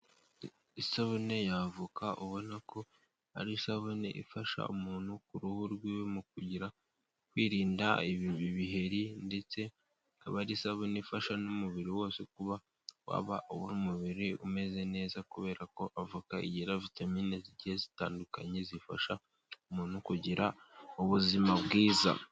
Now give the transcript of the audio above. Isabune ya avoka ubona ko ari isabune ifasha umuntu ku ruhu rw'iwe mu kugira kwirinda ibi ibiheri, ndetse akaba ari isabune ifasha n'umubiri wose kuba waba umubiri umeze neza, kubera ko avoka igira vitamine zigiye zitandukanye zifasha umuntu kugira ubuzima bwiza.